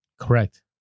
Correct